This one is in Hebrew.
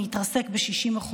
שהתרסקו ב-60%.